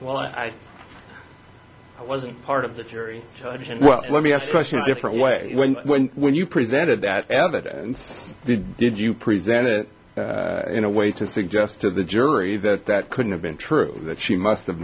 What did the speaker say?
well i wasn't part of the jury judge and let me ask questions different way when when when you presented that evidence did you present it in a way to suggest to the jury that that couldn't have been true that she must have